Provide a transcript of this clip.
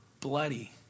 bloody